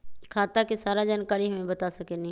खाता के सारा जानकारी हमे बता सकेनी?